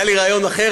היה לי רעיון אחר,